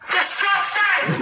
Disgusting